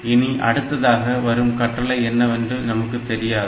இனி அடுத்ததாக வரும் கட்டளை என்னவென்று நமக்கு தெரியாது